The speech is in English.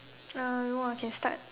uh !wah! can start